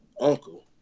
uncle